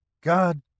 God